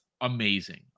amazing